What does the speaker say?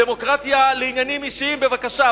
דמוקרטיה לעניינים אישיים, בבקשה.